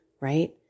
right